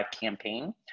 campaign